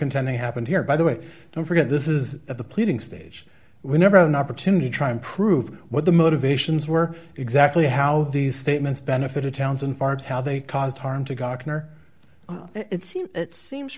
contending happened here by the way don't forget this is at the pleading stage we never have an opportunity to try and prove what the motivations were exactly how these statements benefited towns and farms how they caused harm to gawker it seems it seems